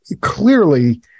clearly